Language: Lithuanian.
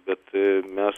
bet mes